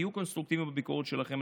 תהיו קונסטרוקטיביים בביקורת שלכם,